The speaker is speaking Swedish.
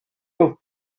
upp